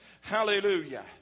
hallelujah